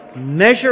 measure